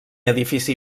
edifici